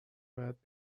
باید